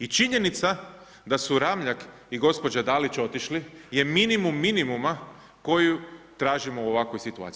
I činjenica da su Ramljak i gospođa Dalić otišli je minimum minimuma koji tražimo u ovakvoj situaciji.